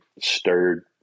stirred